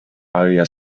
había